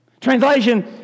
Translation